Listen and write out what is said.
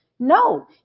No